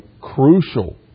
crucial